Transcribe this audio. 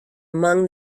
among